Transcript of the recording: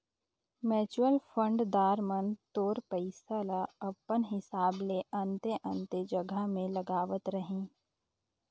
mutual fund दार मन तोर पइसा ल अपन हिसाब ले अन्ते अन्ते जगहा में लगावत रहीं